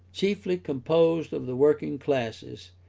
chiefly composed of the working classes,